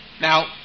Now